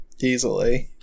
Easily